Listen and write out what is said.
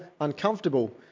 uncomfortable